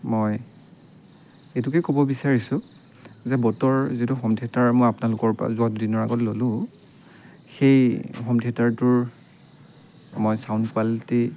মই এইটোকে ক'ব বিচাৰিছোঁ যে ব'টৰ যিটো হোম থিয়েটাৰ মই আপোনালোকৰ পৰা যোৱা দুদিনৰ আগত ল'লো সেই হোম থিয়েটাৰটোৰ মই ছাউণ্ড কোৱালিটি